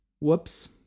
Whoops